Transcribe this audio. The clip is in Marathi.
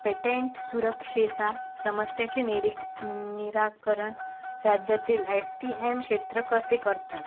पेटेन्ट सुरक्षेचा समस्याची निरी निराकरण राज्यातील एस टी एम क्षेत्र कसे करतात